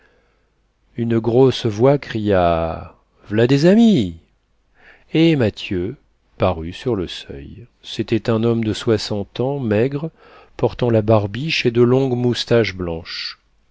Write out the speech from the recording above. une grosse voix cria v'là des amis et mathieu parut sur le seuil c'était un homme de soixante ans maigre portant la barbiche et de longues moustaches blanches